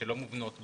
שלא מובנות ברכב.